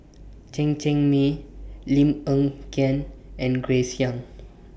Chen Cheng Mei Lim Hng Kiang and Grace Young